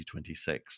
2026